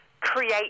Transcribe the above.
create